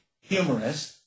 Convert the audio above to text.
humorous